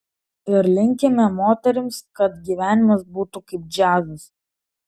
ir linkime moterims kad gyvenimas būtų kaip džiazas